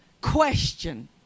question